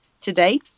today